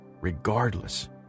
regardless